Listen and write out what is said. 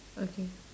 okay